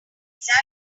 exact